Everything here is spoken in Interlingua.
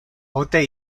pote